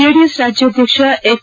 JDS ರಾಜ್ಯಾಧ್ಯಕ್ಷ H